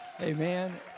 amen